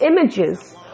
images